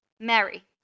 Mary